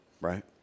Right